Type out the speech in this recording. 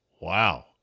Wow